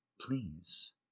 Please